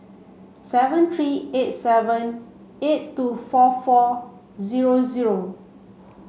seven three eight seven eight two four four zero zero